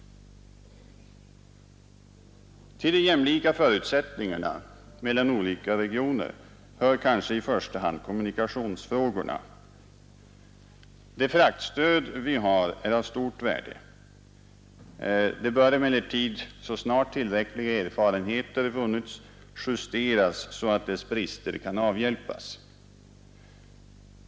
Till förutsättningarna för jämlikhet mellan olika regioner hör kanske i första hand kommunikationsfrågorna. Det fraktstöd vi har är av stort värde. Det bör emellertid, så snart tillräckliga erfarenheter vunnits, justeras så att dess brister kan avhjälpas.